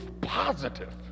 positive